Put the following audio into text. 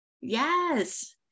Yes